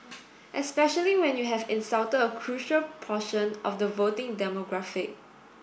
especially when you have insulted a crucial portion of the voting demographic